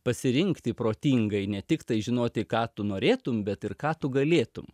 pasirinkti protingai ne tiktai žinoti ką tu norėtum bet ir ką tu galėtum